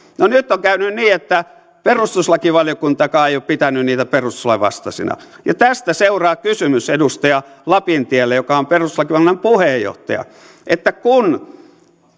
no nyt on käynyt niin että perustuslakivaliokuntakaan ei ole pitänyt niitä perustuslain vastaisina ja tästä seuraa kysymys edustaja lapintielle joka on perustuslakivaliokunnan puheenjohtaja kun